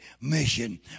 mission